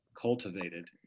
cultivated